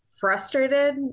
frustrated